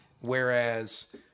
Whereas